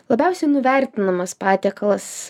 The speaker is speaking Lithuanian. labiausiai nuvertinamas patiekalas